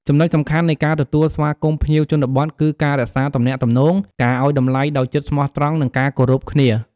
ចំណុចសំខាន់នៃការទទួលស្វាគមន៍ភ្ញៀវជនបទគឺការរក្សាទំនាក់ទំនង ការអោយតម្លៃដោយចិត្តស្មោះត្រង់ និងការគោរពគ្នា។